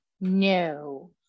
No